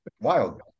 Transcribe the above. wild